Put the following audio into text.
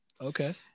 Okay